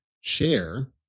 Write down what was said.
share